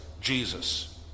Jesus